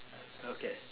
okay